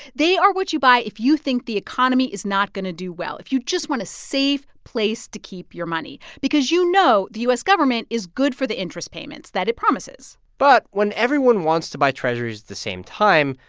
they are what you buy if you think the economy is not going to do well, if you just want a safe place to keep your money because you know the u s. government is good for the interest payments that it promises but when everyone wants to buy treasurys at the same time,